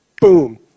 boom